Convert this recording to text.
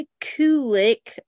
Kulik